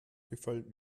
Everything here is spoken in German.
gefällt